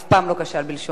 הוא אף פעם לא כשל בלשונו.